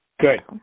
Good